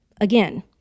again